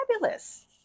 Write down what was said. fabulous